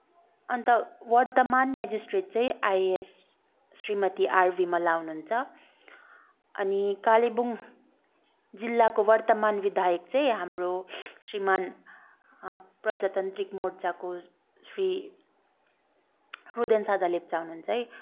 अन्त वर्तमान मेजिस्ट्रेट चाहिँ आइएएस श्रीमती आर विमला हुनुहुन्छ अनि कालिम्पोङ जिल्लाको वर्तमान विधायक चाहिँ हाम्रो श्रीमान प्रजातान्त्रिक मोर्चाको श्री रुदेन सादा लेप्चा हुनुहुन्छ है